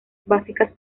básicas